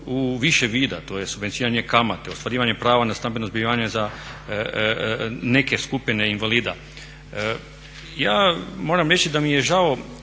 u više vida, to je subvencioniranje kamate, ostvarivanje prava na stambeno zbrinjavanje za neke skupine invalida. Ja moram reći da mi je žao